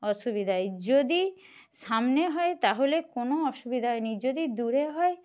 অসুবিধায় যদি সামনে হয় তাহলে কোনো অসুবিধাই নেই যদি দূরে হয়